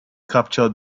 capture